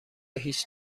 هیچ